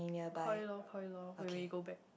Koi lor Koi lor when we go back